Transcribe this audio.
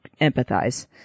empathize